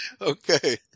Okay